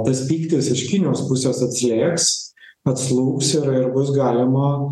tas pyktis iš kinijos pusės atslėgs atslūgs ir ir bus galima